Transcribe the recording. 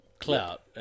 clout